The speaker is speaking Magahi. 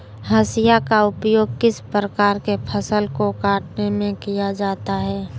हाशिया का उपयोग किस प्रकार के फसल को कटने में किया जाता है?